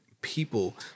people